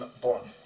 born